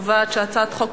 הצעת חוק